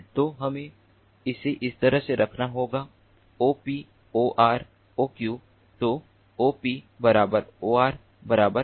तो हमें इसे इस तरह से करना होगा OP OR OQ तो OP बराबर OR बराबर OQ